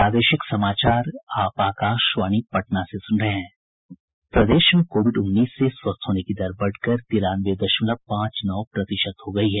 प्रदेश में कोविड उन्नीस से स्वस्थ होने की दर बढ़कर तिरानवे दशमलव पांच नौ प्रतिशत हो गयी है